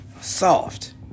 Soft